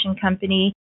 company